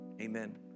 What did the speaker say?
amen